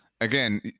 again